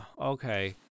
Okay